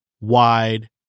wide